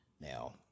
Now